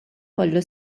kollu